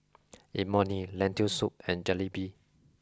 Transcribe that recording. Imoni Lentil Soup and Jalebi